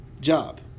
job